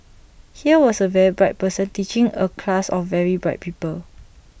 here was A very bright person teaching A class of very bright people